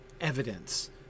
evidence